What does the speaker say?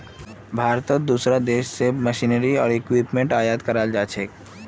भारतत दूसरा देश स मशीनरी आर इक्विपमेंट आयात कराल जा छेक